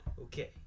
Okay